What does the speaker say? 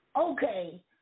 Okay